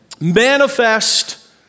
Manifest